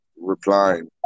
replying